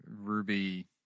Ruby